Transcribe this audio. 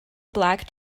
black